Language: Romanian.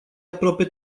aproape